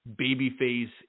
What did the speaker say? babyface